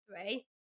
three